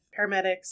paramedics